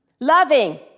Loving